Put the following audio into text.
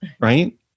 right